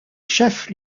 chef